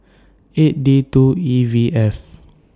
eight D two E V F